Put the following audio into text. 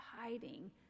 hiding